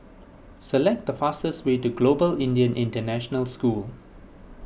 select the fastest way to Global Indian International School